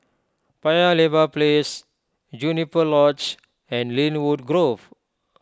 Paya Lebar Place Juniper Lodge and Lynwood Grove